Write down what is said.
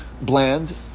bland